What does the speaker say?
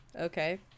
Okay